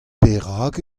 perak